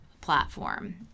platform